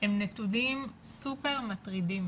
הם נתונים סופר מטרידים